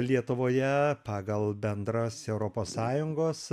lietuvoje pagal bendras europos sąjungos